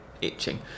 itching